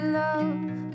love